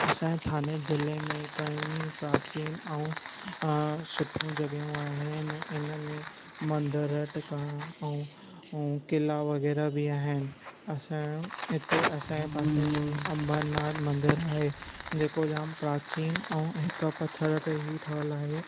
असांजे थाणे ज़िले में कई प्राचीन ऐं सुठियूं जॻहियूं आहिनि हिन में मंदर टिकाणा ऐं किला वग़ैरह बि आहिनि असांजो हिते असांजे पासे में ई अंबरनाथ मंदरु आहे जेको जाम प्राचीन ऐं हिकु पथर ते ई ठहियलु आहे